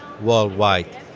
worldwide